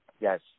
Yes